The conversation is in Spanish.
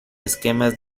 esquemas